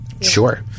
Sure